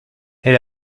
elle